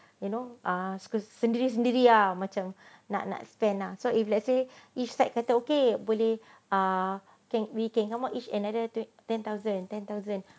you know ah sendiri sendiri yang macam nak spend lah so if let's say if this side kata okay boleh ah can we can come out each another to ten thousand ten thousand